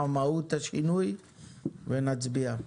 מה מהות השינוי ונצביע.